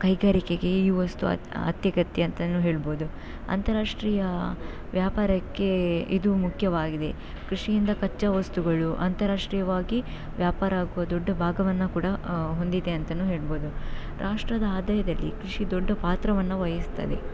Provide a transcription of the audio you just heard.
ಕೈಗಾರಿಕೆಗೆ ಈ ವಸ್ತು ಅತ್ ಅತ್ಯಗತ್ಯ ಅಂತಾನೂ ಹೇಳ್ಬೌದು ಅಂತಾರಾಷ್ಟ್ರೀಯ ವ್ಯಾಪಾರಕ್ಕೆ ಇದು ಮುಖ್ಯವಾಗಿದೆ ಕೃಷಿಯಿಂದ ಕಚ್ಚಾ ವಸ್ತುಗಳು ಅಂತಾರಾಷ್ಟ್ರೀಯವಾಗಿ ವ್ಯಾಪಾರ ಆಗುವ ದೊಡ್ಡ ಭಾಗವನ್ನು ಕೂಡ ಹೊಂದಿದೆ ಅಂತಾನೂ ಹೇಳ್ಬೌದು ರಾಷ್ಟ್ರದ ಆದಾಯದಲ್ಲಿ ಕೃಷಿ ದೊಡ್ಡ ಪಾತ್ರವನ್ನು ವಹಿಸ್ತದೆ